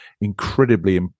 incredibly